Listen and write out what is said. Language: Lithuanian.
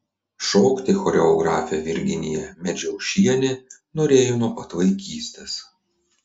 šokti choreografė virginija medžiaušienė norėjo nuo pat vaikystės